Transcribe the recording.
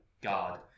God